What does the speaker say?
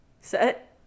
set